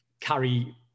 carry